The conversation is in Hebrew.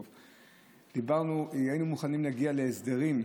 היינו מוכנים להגיע להסדרים,